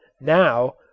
now